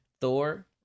Thor